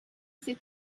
c’est